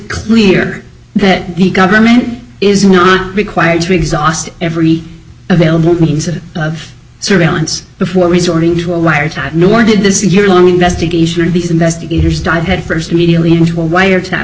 clear that the government is not required to exhaust every available means of surveillance before resorting to a wiretap nor did this year long investigation of these investigators dive head first immediately into a wiretap